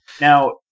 Now